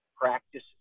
practice